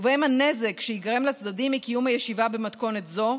ובהם הנזק שייגרם לצדדים מקיום הישיבה במתכונת זו,